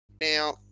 Now